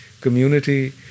community